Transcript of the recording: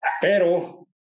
pero